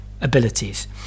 abilities